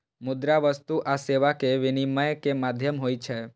मुद्रा वस्तु आ सेवा के विनिमय के माध्यम होइ छै